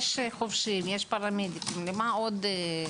יש חובשים, יש פרמדיקים, למה ועד?